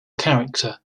character